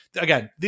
Again